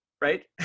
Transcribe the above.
Right